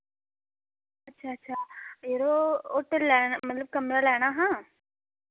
अच्छा अच्छा यरो होटल लैना मतलब कमरा लैना हा